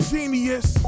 Genius